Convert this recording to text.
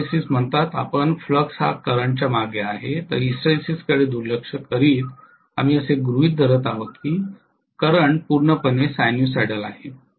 hysteresis म्हणतात आपण flux हा करंट च्या मागे आहे तर हिस्टरेसिसकडे दुर्लक्ष करीत आणि आम्ही असे गृहित धरत आहोत की प्रवाह पूर्णपणे सायनुसायडल आहेत